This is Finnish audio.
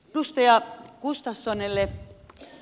edustaja gustafssonille